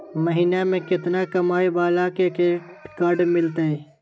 महीना में केतना कमाय वाला के क्रेडिट कार्ड मिलतै?